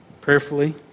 prayerfully